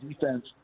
defense –